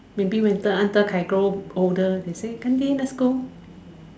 maybe when De-An De-Kai grow older they say 干爹 let's go